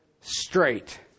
straight